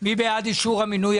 מי בעד אישור המינוי?